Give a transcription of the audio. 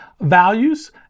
values